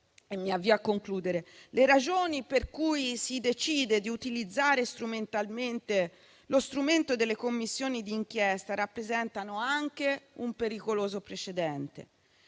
le ragioni per cui si decide di utilizzare strumentalmente lo strumento delle Commissioni di inchiesta rappresentano anche un pericoloso precedente.